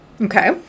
okay